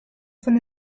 von